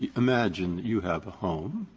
imagine you have a home,